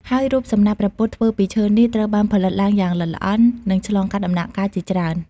ហើយរូបសំណាកព្រះពុទ្ធធ្វើពីឈើនេះ ត្រូវបានផលិតឡើងយ៉ាងល្អិតល្អន់ និងឆ្លងកាត់ដំណាក់កាលជាច្រើន។